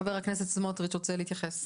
חבר הכנסת סמוטריץ', אתה רוצה להתייחס?